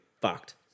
fucked